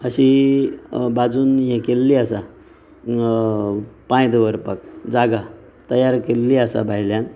अशी बाजून हे केल्ली आसा पांय दवरपाक जागा तयार केल्ली आसा भायल्यान